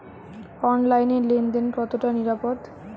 অনলাইনে লেন দেন কতটা নিরাপদ?